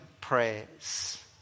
prayers